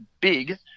big